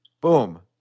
Boom